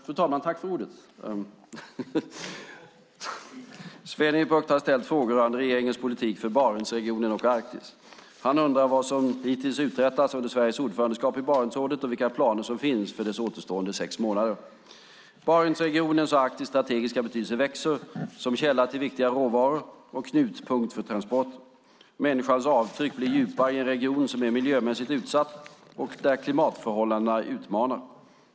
Fru talman! Sven-Erik Bucht har ställt frågor om regeringens politik för Barentsregionen och Arktis. Han undrar vad som hittills uträttats under Sveriges ordförandeskap i Barentsrådet och vilka planer som finns för dess återstående sex månader. Barentsregionens och Arktis strategiska betydelse växer, både som källa till viktiga råvaror och knutpunkt för transporter. Människans avtryck blir djupare i en region som är miljömässigt utsatt och där klimatförhållandena utmanar.